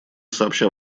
сообща